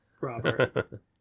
Robert